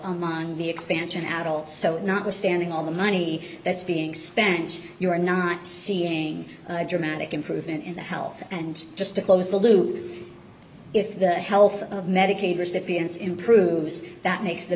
among the expansion adults so notwithstanding all the money that's being spent you're not seeing a dramatic improvement in the health and just to close the loop if the health of medicaid recipients improves that makes the